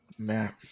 man